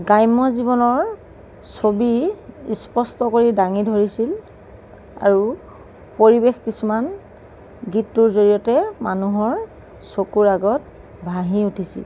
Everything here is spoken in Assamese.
গ্ৰাম্য জীৱনৰ ছবি স্পষ্ট কৰি দাঙি ধৰিছিল আৰু পৰিৱেশ কিছুমান গীতটোৰ জৰিয়তে মানুহৰ চকুৰ আগত ভাহি উঠিছিল